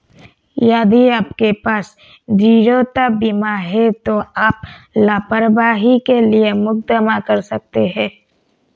यदि आपके पास देयता बीमा है तो आप लापरवाही के लिए मुकदमा कर सकते हैं